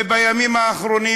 ובימים האחרונים